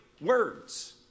words